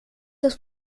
das